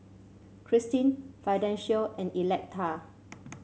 Kristine Fidencio and Electa